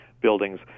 buildings